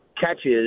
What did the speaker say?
catches